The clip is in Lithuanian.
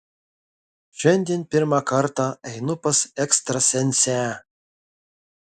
šiandien pirmą kartą einu pas ekstrasensę